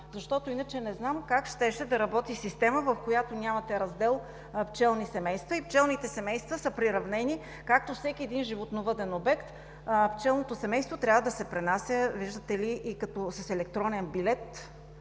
защото иначе не знам как щеше да работи система, в която нямате раздел „Пчелни семейства“ и пчелните семейства са приравнени както всеки един животновъден обект, трябва да се пренася с електронен билет,